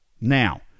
Now